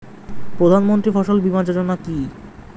প্রধানমন্ত্রী ফসল বীমা যোজনা কি?